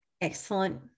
Excellent